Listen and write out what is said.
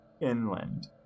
inland